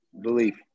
belief